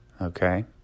okay